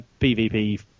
pvp